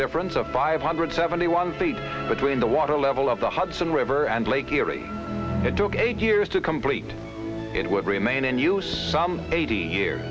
difference of five hundred seventy one feet between the water level of the hudson river and lake erie it took eight years to complete it would remain in use some eighty years